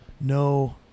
no